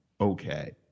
okay